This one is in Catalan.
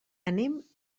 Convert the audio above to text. anem